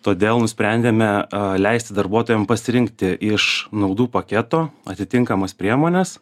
todėl nusprendėme leisti darbuotojam pasirinkti iš naudų paketo atitinkamas priemones